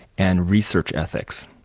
and research ethics.